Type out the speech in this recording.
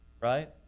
right